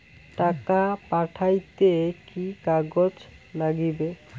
টাকা পাঠাইতে কি কাগজ নাগীবে?